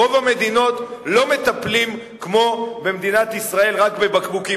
ברוב המדינות לא מטפלים כמו במדינת ישראל רק בבקבוקים.